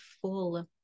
full